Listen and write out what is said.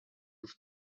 with